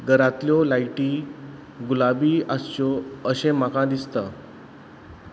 घरांतल्यो लायटी गुलाबी आसच्यो अशें म्हाका दिसता